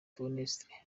theoneste